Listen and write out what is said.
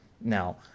Now